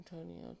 Antonio